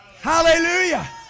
Hallelujah